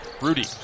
Rudy